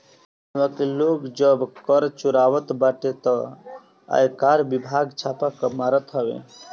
इहवा के लोग जब कर चुरावत बाटे तअ आयकर विभाग छापा मारत हवे